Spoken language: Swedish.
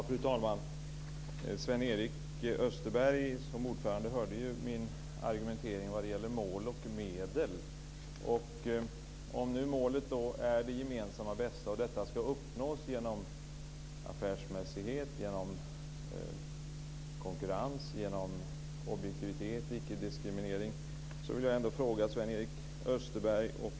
Fru talman! Sven-Erik Österberg, som ordförande, hörde ju min argumentering när det gäller mål och medel. Om nu målet är det gemensammas bästa och detta ska uppnås genom affärsmässighet, konkurrens, objektivitet och icke-diskriminering vill jag ställa en fråga till Sven-Erik Österberg.